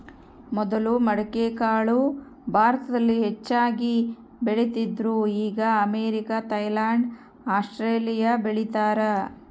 ಮೊದಲು ಮಡಿಕೆಕಾಳು ಭಾರತದಲ್ಲಿ ಹೆಚ್ಚಾಗಿ ಬೆಳೀತಿದ್ರು ಈಗ ಅಮೇರಿಕ, ಥೈಲ್ಯಾಂಡ್ ಆಸ್ಟ್ರೇಲಿಯಾ ಬೆಳೀತಾರ